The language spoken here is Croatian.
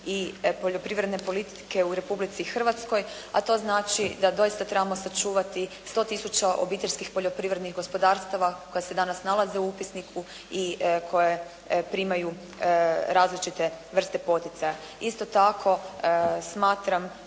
i poljoprivredne politike u Republici Hrvatskoj, a to znači da doista trebamo sačuvati 100 tisuća obiteljskih poljoprivrednih gospodarstava koja se danas nalaze u upisniku i koja primaju različite vrste poticaja. Isto tako, smatram